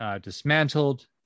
dismantled